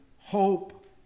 Hope